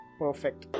perfect